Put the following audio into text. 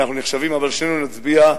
אנחנו נחשבים, אבל שנינו נצביע,